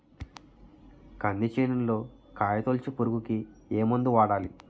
కంది చేనులో కాయతోలుచు పురుగుకి ఏ మందు వాడాలి?